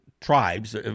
tribes